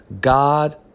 God